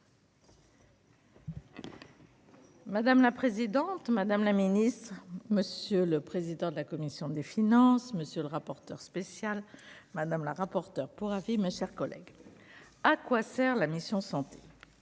Madame la présidente, madame la ministre, monsieur le président de la commission des finances, monsieur le rapporteur spécial madame la rapporteure pour avis, mes chers collègues, à quoi sert la mission Santé